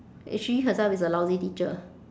it's she herself is a lousy teacher